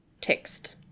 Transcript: text